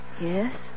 Yes